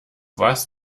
was